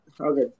Okay